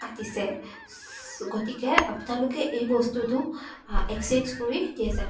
কাটিছে গতিকে আপোনালোকে এই বস্তুটো এক্সেঞ্জ কৰি দিয়ে যেন